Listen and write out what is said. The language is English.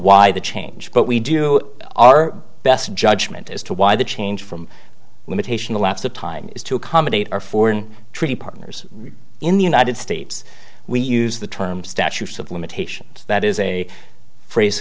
why the change but we do our best judgment as to why the change from limitation the lapse of time is to accommodate our foreign treaty partners in the united states we use the term statute of limitations that is a phrase